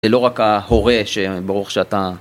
זה לא רק ההורה, שברוך שאתה...